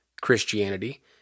Christianity